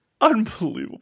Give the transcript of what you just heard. Unbelievable